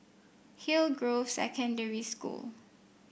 Hillgrove Secondary School